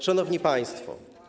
Szanowni Państwo!